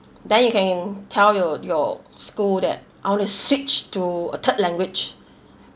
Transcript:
then you can tell your your school that I want to switched to a third language